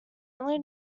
only